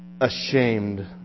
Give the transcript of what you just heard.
ashamed